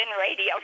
radio